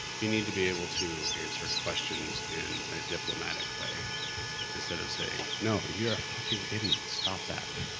you need to be able to answer questions in a diplomatic way instead of saying no, you're a fucking idiot, stop that!